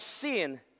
sin